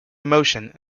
emotion